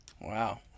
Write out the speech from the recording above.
Wow